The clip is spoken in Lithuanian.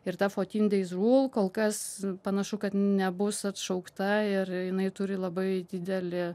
ir ta fourteen days rule kol kas panašu kad nebus atšaukta ir jinai turi labai dideli